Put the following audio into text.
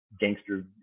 gangster